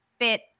fit